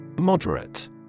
Moderate